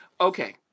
Okay